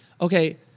okay